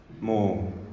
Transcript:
more